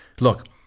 look